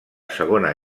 segona